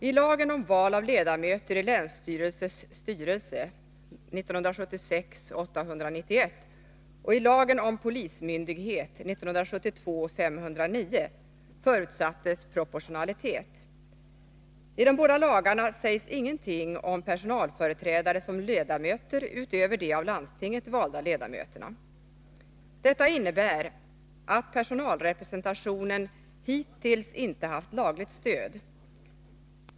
I lagen om val av ledamöter i länsstyrelses styrelse och i lagen om polismyndighet förutsattes proportionalitet. I de båda lagarna sägs ingenting om personalföreträdare som ledamöter, utöver de av landstinget valda ledamöterna. Detta innebär att personalrepresentationen hittills inte haft lagligt stöd.